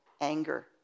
anger